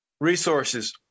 Resources